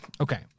okay